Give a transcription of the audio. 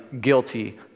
guilty